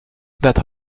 that